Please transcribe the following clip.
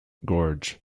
gorge